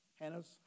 Hannah's